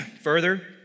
Further